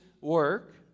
work